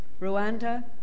Rwanda